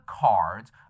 cards